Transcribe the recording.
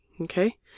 Okay